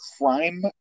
crime